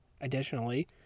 Additionally